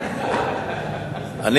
אדוני?